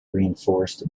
reinforced